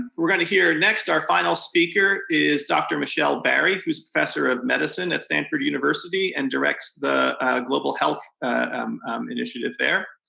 we're going to hear next, our final speaker is dr. michelle barry, who's a professor of medicine at stanford university and directs the global health initiative there.